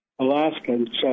Alaskan